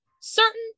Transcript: certain